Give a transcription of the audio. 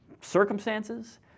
circumstances